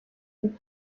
die